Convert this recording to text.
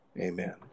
amen